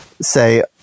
say